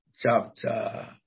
chapter